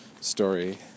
story